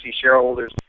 shareholders